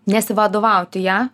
nesivadovauti ja